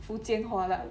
福建话啦